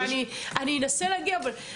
ואני אנסה להגיע למשהו,